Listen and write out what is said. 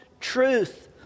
truth